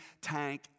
tank